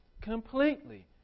completely